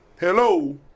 Hello